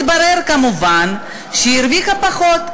התברר כמובן שהיא הרוויחה פחות.